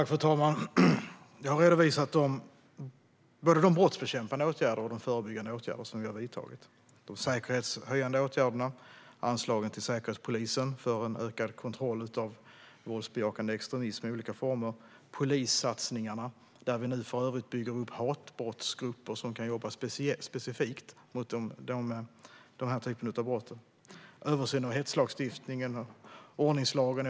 Fru talman! Jag har redovisat de brottsbekämpande och förebyggande åtgärder som vi har vidtagit. Det gäller de säkerhetshöjande åtgärderna, anslaget till Säkerhetspolisen för en ökad kontroll av våldsbejakande extremism i olika former och polissatsningarna där man för övrigt bygger upp hatbrottsgrupper som kan jobba specifikt mot den här typen av brott. Det handlar om en översyn av hetslagstiftningen och ordningslagen.